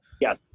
Yes